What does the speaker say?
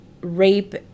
rape